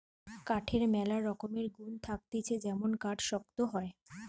কাঠের ম্যালা রকমের গুন্ থাকতিছে যেমন কাঠ শক্ত হয়